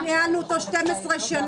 אנחנו ניהלנו אותו 12 שנים.